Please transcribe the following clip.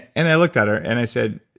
and i looked at her and i said,